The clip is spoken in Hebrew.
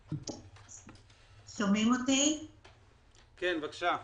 שטרק, בבקשה.